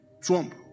Trump